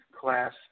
class